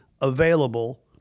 available